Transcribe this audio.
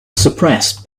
suppressed